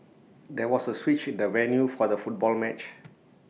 there was A switch in the venue for the football match